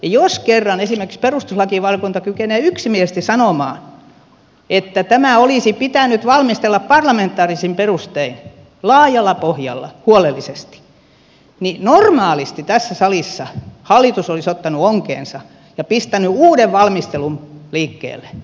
jos kerran esimerkiksi perustuslakivaliokunta kykenee yksimielisesti sanomaan että tämä olisi pitänyt valmistella parlamentaarisin perustein laajalla pohjalla huolellisesti niin normaalisti tässä salissa hallitus olisi ottanut onkeensa ja pistänyt uuden valmistelun liikkeelle